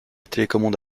télécommande